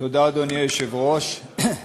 אדוני היושב-ראש, תודה,